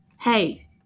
Hey